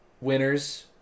winners